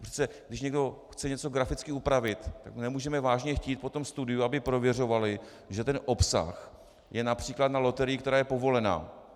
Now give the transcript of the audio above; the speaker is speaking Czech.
Přece když někdo chce něco graficky upravit, tak nemůžeme vážně chtít po tom studiu, aby prověřovalo, že obsah je například na loterii, která je povolena.